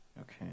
Okay